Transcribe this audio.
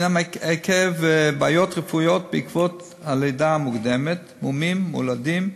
הם עקב בעיות רפואיות בעקבות הלידה המוקדמת: מומים מולדים,